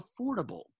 affordable